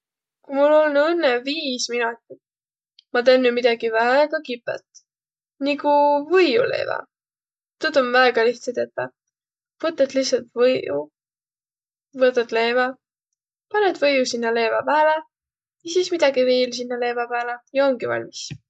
Ku mul olnuq õnnõ viis minotit, ma tennüq midägi väega kipõt, nigu võiuleevä. Tuud om väega lihtsä tetäq. Võtat lihtsält võiu, võtat leevä, panõt võiu sinnäq leevä pääle ja sis midägi viil sinnäq leevä pääle ja omgi valmis.